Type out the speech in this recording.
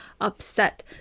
upset